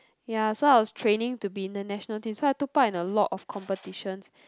ya so I was training to be in the national team so I took part in a lot of competitions